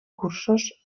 cursos